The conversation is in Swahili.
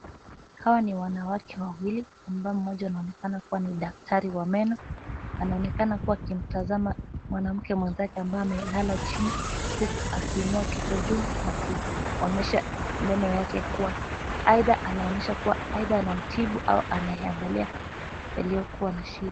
Hawa ni wanawake wawili ambaye moja anaonekana kuwa ni daktari wa meno anaonekana kuwa akimtazama mwanamke mwenzake ambaye amelala jini huku akiinua kichwa juu na kuonyesha meno yake kuwa aidha anaonyesha kuwa anamtibu au anayaangalia yaliokuwa na shida.